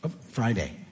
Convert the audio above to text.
Friday